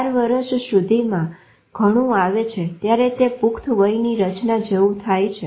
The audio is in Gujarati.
4 વર્ષ સુધીમાં ઘણું આવે છે ત્યારે તે પુખ્ત વયની રચના જેવું થાય છે